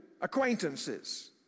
acquaintances